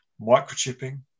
microchipping